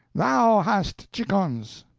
thou hadst chickens!